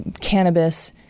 cannabis